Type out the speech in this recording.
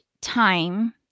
time